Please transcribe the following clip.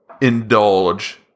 indulge